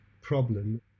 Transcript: problem